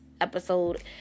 episode